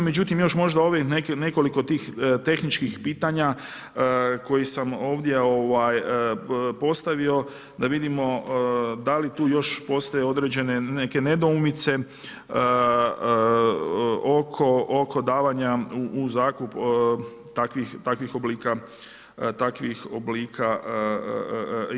Međutim, još možda ovih nekoliko tih tehničkih pitanja koji sam ovdje postavio, da vidimo da li tu još postoje određene neke nedoumice oko davanja u zakup takvih oblika imovine.